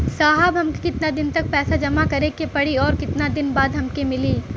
साहब हमके कितना दिन तक पैसा जमा करे के पड़ी और कितना दिन बाद हमके मिली?